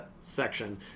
section